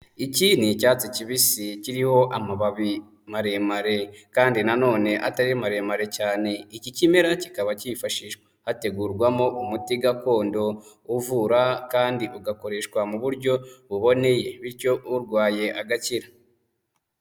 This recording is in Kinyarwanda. Iki ni icyatsi kibisi kiriho amababi maremare kandi na none atari maremare cyane, iki kimera kikaba kifashishwa hategurwamo umuti gakondo uvura kandi ugakoreshwa mu buryo buboneye bityo urwaye agakira.